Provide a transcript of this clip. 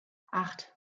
acht